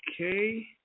Okay